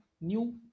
new